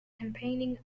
campaigning